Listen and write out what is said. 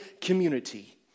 community